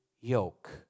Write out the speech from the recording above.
yoke